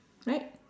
right